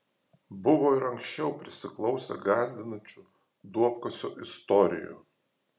buvo ir anksčiau prisiklausę gąsdinančių duobkasio istorijų